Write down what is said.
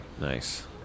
Nice